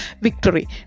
victory